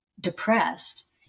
depressed